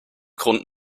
grund